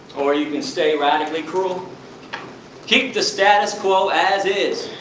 or you can stay radically cruel keep the status quo as is,